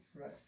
Right